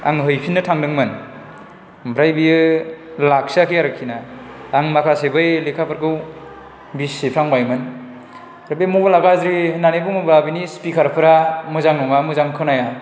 आं हैफिननो थांदोंमोन ओमफ्राय बियो लाखियाखै आरोखि ना आं माखासे बै लेखाफोरखौ बिसिफ्लांबायमोन दा बे मबाइला गाज्रि होन्नानै बुङोबा बिनि स्पिकारफ्रा मोजां नङा मोजां खोनाया